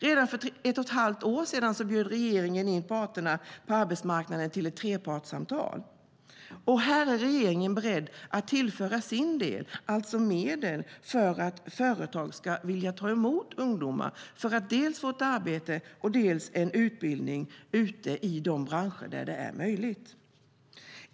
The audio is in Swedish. Redan för ett och ett halvt år sedan bjöd regeringen in parterna på arbetsmarknaden till trepartssamtal. Här är regeringen beredd att tillföra sin del, alltså medel, så att företag ska ta emot ungdomar, detta för att ungdomarna dels ska få ett arbete, dels få en utbildning i de branscher där det är möjligt.